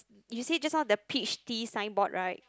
you say just now the peach tea sign board right